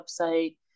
website